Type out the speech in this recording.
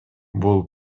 бул